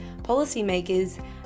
policymakers